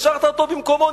השארת אותו במקומו?